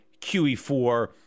QE4